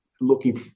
looking